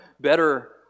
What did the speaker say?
better